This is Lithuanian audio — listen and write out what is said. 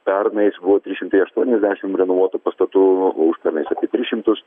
pernais buvo trys šimtai aštuoniasdešim renovuotų pastatų užpernais apie tris šimtus